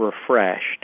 refreshed